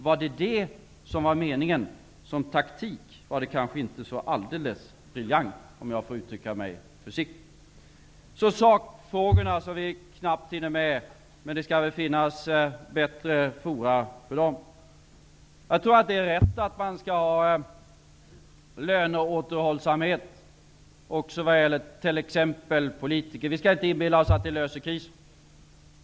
Var det det som var meningen, var det som taktik inte så alldeles briljant, försiktigt uttryckt. Så till sakfrågorna, som vi knappt hinner med, men det skall väl finnas bättre fora för dem. Jag tror att det är rätt att man skall ha löneåterhållsamhet också vad gäller t.ex. politiker, även om vi inte skall inbilla oss att det löser krisen.